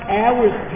hours